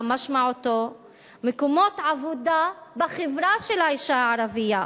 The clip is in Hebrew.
משמעותם מקומות עבודה בחברה של האשה הערבייה.